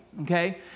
Okay